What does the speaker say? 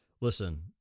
listen